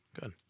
Good